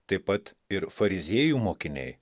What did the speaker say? taip pat ir fariziejų mokiniai